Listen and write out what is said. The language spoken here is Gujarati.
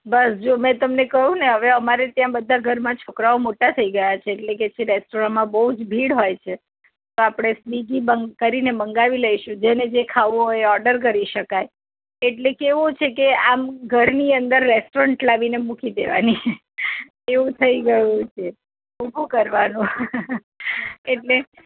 બસ જો મેં તમને કહ્યુંને હવે અમારે ત્યાં બધા ઘરમાં છોકરાઓ મોટાં થઈ ગયા છે એટલે કહેશે રેસ્ટોરન્ટમાં બહુ જ ભીડ હોય છે તો આપણે સ્વિગી બંગ કરીને મંગાવી લઈશું જેને જે ખાવું હોય એ ઓડર કરી શકાય એટલે કેવું છેકે આમ ઘરની અંદર રેસ્ટોરન્ટ લાવીને મૂકી દેવાની એવું થઈ ગયું છે તો શું કરવાનું એટલે